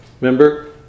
Remember